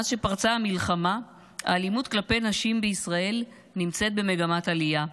מאז שפרצה המלחמה האלימות כלפי נשים בישראל נמצאת במגמת עלייה.